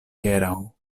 hieraŭ